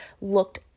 looked